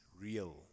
real